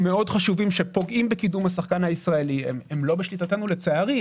חשובים שפוגעים בקידום השחקן הישראלי הם לא בשליטתנו לצערי.